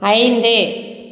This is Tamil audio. ஐந்து